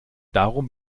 darum